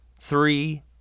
three